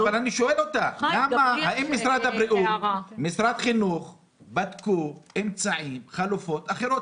אני שואל: האם משרד הבריאות ומשרד החינוך בדקו חלופות אחרות?